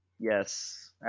Yes